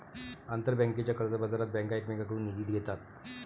आंतरबँकेच्या कर्जबाजारात बँका एकमेकांकडून निधी घेतात